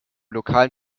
lokalen